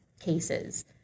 cases